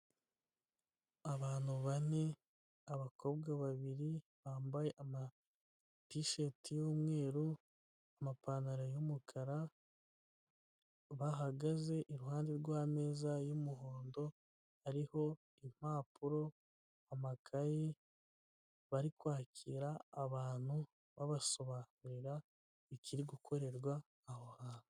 Abantu bane abakobwa babiri bambaye amatisheti y'umweru amapantaro y'umukara, bahagaze iruhande rw'ameza y'umuhondo ariho impapuro, amakaye bari kwakira abantu babasobanurira ikiri gukorerwa aho hantu.